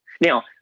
Now